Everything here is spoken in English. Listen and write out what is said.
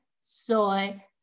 soy